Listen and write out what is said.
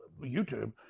youtube